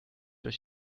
euch